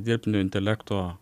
dirbtinio intelekto